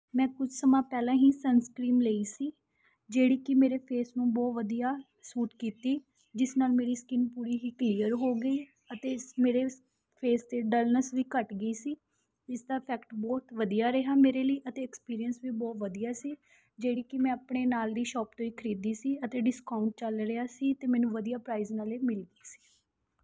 ਮੈਂ ਕੁਝ ਸਮਾਂ ਪਹਿਲਾਂ ਹੀ ਸਨਸਕਰੀਮ ਲਈ ਸੀ ਜਿਹੜੀ ਕਿ ਮੇਰੇ ਫੇਸ ਨੂੰ ਬਹੁਤ ਵਧੀਆ ਸੂਟ ਕੀਤੀ ਜਿਸ ਨਾਲ ਮੇਰੀ ਸਕਿਨ ਪੂਰੀ ਹੀ ਕਲੀਅਰ ਹੋ ਗਈ ਅਤੇ ਇਸ ਮੇਰੇ ਸ ਫੇਸ 'ਤੇ ਡੱਲਨੈੱਸ ਵੀ ਘੱਟ ਗਈ ਸੀ ਇਸ ਦਾ ਇਫੈਕਟ ਬਹੁਤ ਵਧੀਆ ਰਿਹਾ ਮੇਰੇ ਲਈ ਅਤੇ ਐਕਸਪੀਰੀਐਂਸ ਵੀ ਬਹੁਤ ਵਧੀਆ ਸੀ ਜਿਹੜੀ ਕਿ ਮੈਂ ਆਪਣੇ ਨਾਲ ਦੀ ਸ਼ੌਪ ਤੋਂ ਹੀ ਖਰੀਦੀ ਸੀ ਅਤੇ ਡਿਸਕਾਊਂਟ ਚੱਲ ਰਿਹਾ ਸੀ ਅਤੇ ਮੈਨੂੰ ਵਧੀਆ ਪਰਾਈਜ਼ ਨਾਲ ਇਹ ਮਿਲ ਗਈ ਸੀ